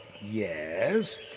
Yes